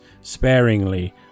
sparingly